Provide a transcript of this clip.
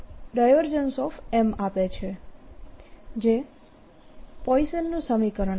M આપે છે જે પોઈસનનું સમીકરણ છે